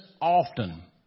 often